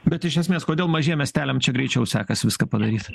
bet iš esmės kodėl mažiem miesteliam čia greičiau sekas viską padaryt